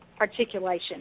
articulation